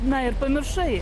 na ir pamiršai